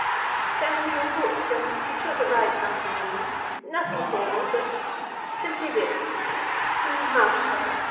send me your books, and be sure to write something in them nothing formal, but simply this to masha,